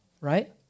right